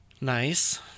Nice